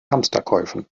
hamsterkäufen